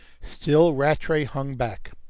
still rattray hung back.